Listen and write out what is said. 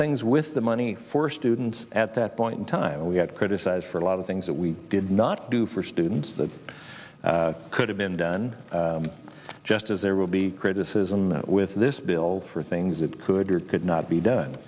things with the money for students at that point in time we had criticized for a lot of things that we did not do for students that could have been done just as there will be criticism with this bill for things that could or could not be done